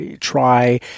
try